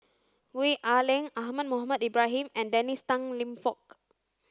Wee Ah Leng Ahmad Mohamed Ibrahim and Dennis Tan Lip Fong